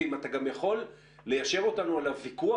ואם אתה גם יכול ליישר אותנו על הוויכוח